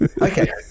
okay